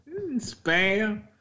Spam